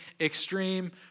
extreme